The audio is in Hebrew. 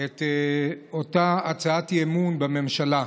את אותה הצעת אי-אמון בממשלה.